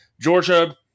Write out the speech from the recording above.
Georgia